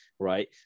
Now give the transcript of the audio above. Right